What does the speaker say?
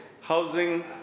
Housing